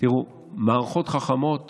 מערכות חכמות